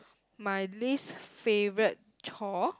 my least favorite chore